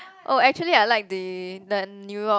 oh actually I like the that New York